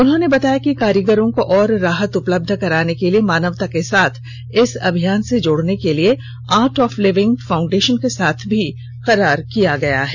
उन्होंने बताया कि कारीगरों को और राहत उपलब्ध कराने के लिए मानवता के साथ इस अभियान से जोड़ने के लिए आर्ट ऑफ लिविंग फाउंडेषन के साथ भी करार किया गया है